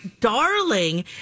darling